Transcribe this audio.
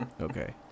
Okay